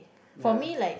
for me like